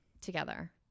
together